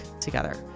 together